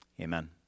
Amen